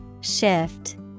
Shift